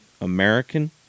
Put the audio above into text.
American